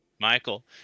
Michael